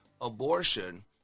abortion